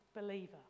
believer